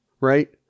right